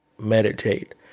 meditate